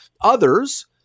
Others